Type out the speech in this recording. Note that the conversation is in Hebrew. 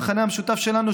המכנה המשותף שלנו,